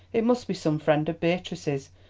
it must be some friend of beatrice's,